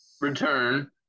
return